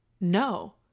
No